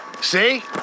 See